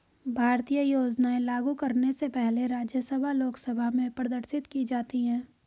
भारतीय योजनाएं लागू करने से पहले राज्यसभा लोकसभा में प्रदर्शित की जाती है